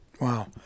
Wow